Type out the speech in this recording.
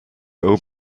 old